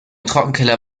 trockenkeller